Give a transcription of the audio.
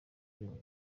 uruhare